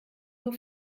nur